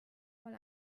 mal